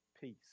Peace